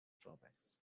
drawbacks